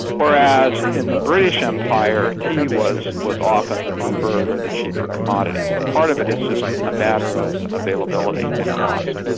whereas in the british empire, tea was was often the preferred and the cheaper commodity. so part of it is just a matter of availability and cost.